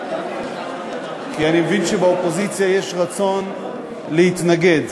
כי אני מבין שבאופוזיציה יש רצון להתנגד.